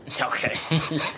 Okay